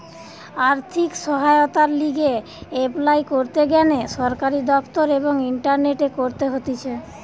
আর্থিক সহায়তার লিগে এপলাই করতে গ্যানে সরকারি দপ্তর এবং ইন্টারনেটে করতে হতিছে